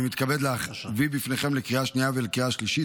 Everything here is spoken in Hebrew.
אני מתכבד להביא בפניכם לקריאה השנייה ולקריאה השלישית